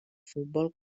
futbol